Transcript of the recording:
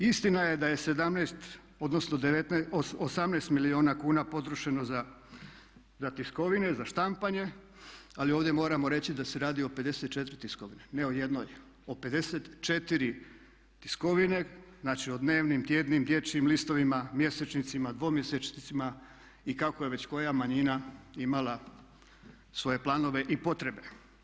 Istina je da je 17 odnosno 18 milijuna kuna potrošeno za tiskovine, za štampanje ali ovdje moramo reći da se radi o 54 tiskovine, ne o jednoj, o 54 tiskovine, znači o dnevnim, tjednim, dječjim listovima, mjesečnicima, dvomjesečnicima i kako je već koja manjina imala svoje planove i potrebe.